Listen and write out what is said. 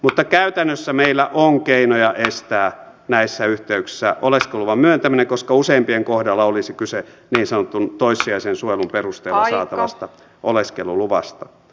mutta käytännössä meillä on keinoja estää näissä yhteyksissä oleskeluluvan myöntäminen koska useimpien kohdalla olisi kyse niin sanotun toissijaisen suojelun perusteella saatavasta oleskeluluvasta